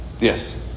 Yes